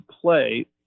play